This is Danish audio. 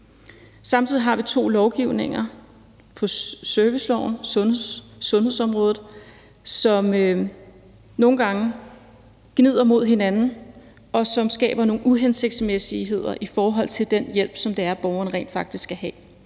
Samtidig har vi to lovgivninger – en servicelov og en lovgivning for sundhedsområdet – som nogle gange gnider mod hinanden, og som skaber nogle uhensigtsmæssigheder i forhold til den hjælp, som borgeren rent faktisk skal have.